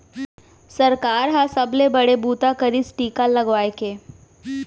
सरकार ह सबले बड़े बूता करिस टीका लगवाए के